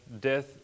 death